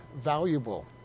valuable